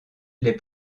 les